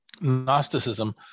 Gnosticism